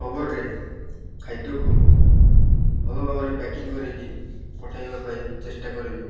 କଭର୍ରେ ଖାଦ୍ୟକୁ ଭଲ ଭାବରେ ପ୍ୟାକିଂ କରିକି ପଠାଇବା ପାଇଁ ଚେଷ୍ଟା କରିବେ